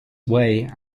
weigh